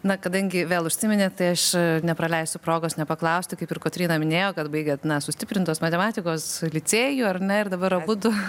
na kadangi vėl užsiminėt tai aš nepraleisiu progos nepaklausti kaip ir kotryna minėjo kad baigėt na sustiprintos matematikos licėjų ar ne ir dabar abudu